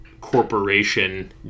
Corporation